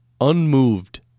unmoved